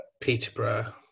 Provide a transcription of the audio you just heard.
Peterborough